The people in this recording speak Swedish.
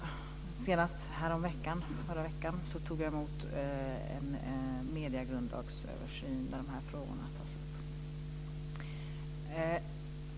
Senast i förra veckan tog jag emot en mediegrundlagsöversyn där de här frågorna tas upp.